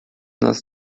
nas